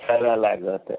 సరే అలాగ అయితే